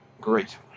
great